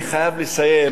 אני חייב לסיים